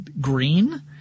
green